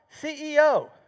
CEO